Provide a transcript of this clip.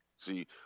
See